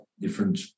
different